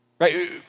right